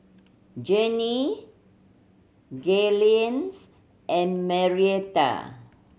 Jannie Gaylene's and Marietta